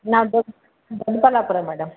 ನಾನು ದೊಡ್ಡ ದೊಡ್ಡಬಳ್ಳಾಪುರ ಮೇಡಮ್